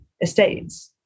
estates